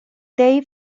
dave